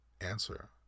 answer